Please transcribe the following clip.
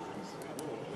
איציק.